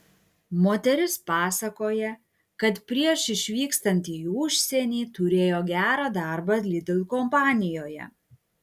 moteris pasakoja kad prieš išvykstant į užsienį turėjo gerą darbą lidl kompanijoje